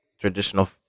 traditional